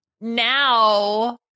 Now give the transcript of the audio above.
now